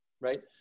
right